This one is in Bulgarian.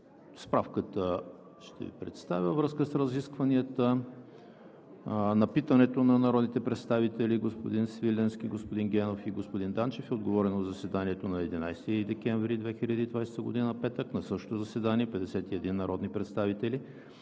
справката. Във връзка с разискванията на питането на народните представители господин Свиленски, господин Генов и господин Данчев е отговорено на заседанието на 11 декември 2020 г., петък. На същото заседание 51 народни представители